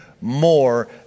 more